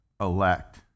elect